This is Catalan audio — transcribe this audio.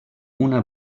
una